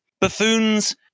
buffoons